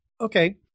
Okay